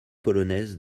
polonaises